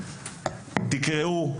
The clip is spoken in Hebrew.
תקראו,